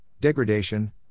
degradation